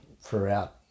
throughout